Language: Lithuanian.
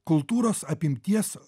kultūros apimties